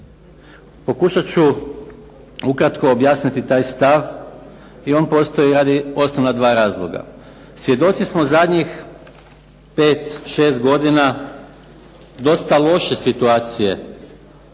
Pokušat ću ukratko objasniti taj stav i on postoji radi osnovna dva razloga. Svjedoci smo zadnjih pet, šest godina dosta loše situacije